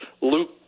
Luke